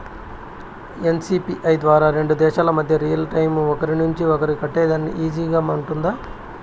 NCPI ద్వారా రెండు దేశాల మధ్య రియల్ టైము ఒకరి నుంచి ఒకరికి కట్టేదానికి ఈజీగా గా ఉంటుందా?